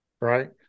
Right